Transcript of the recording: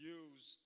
use